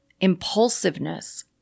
impulsiveness